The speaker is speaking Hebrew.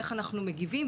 איך אנחנו מגיבים?